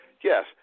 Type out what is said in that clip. Yes